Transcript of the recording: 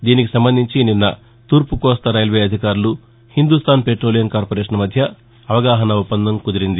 దీనికి సంబంధించి నిన్న తూర్పు కోస్తా రైల్వే అధికారులు హిందూస్టాన్ పెట్రోలియం కార్పొరేషన్ మధ్య అవగాహన ఒప్పందం కుదిరింది